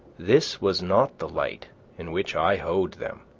this was not the light in which i hoed them.